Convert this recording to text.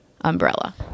umbrella